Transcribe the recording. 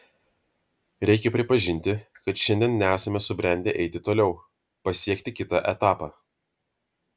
reikia pripažinti kad šiandien nesame subrendę eiti toliau pasiekti kitą etapą